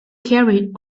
carried